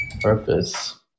purpose